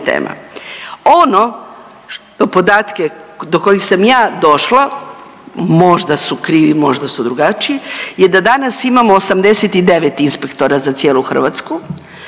Ono, podatke do kojih sam ja došla, možda su krivi, možda su drugačiji je da danas imamo 89 inspektora za cijelu Hrvatsku